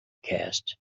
cast